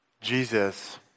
Jesus